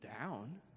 down